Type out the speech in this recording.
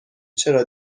چرا